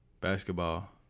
Basketball